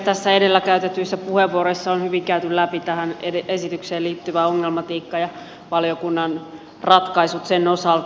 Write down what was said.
tässä edellä käytetyissä puheenvuoroissa on hyvin käyty läpi tähän esitykseen liittyvää ongelmatiikkaa ja valiokunnan ratkaisut sen osalta